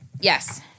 Yes